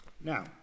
Now